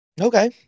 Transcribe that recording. Okay